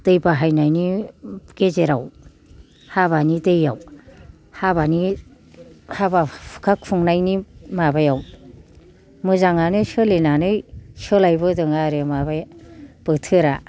दै बाहायनायनि गेजेराव हाबानि दैयाव हाबानि हाबा हुखा खुंनायनि माबायाव मोजांआनो सोलिनानै सोलायबोदों आरो माबाया बोथोरा